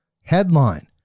Headline